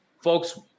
folks